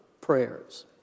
prayers